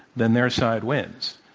then their side wins.